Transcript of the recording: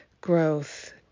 growth